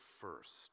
first